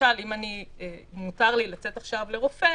למשל אם מותר לי לצאת עכשיו לרופא,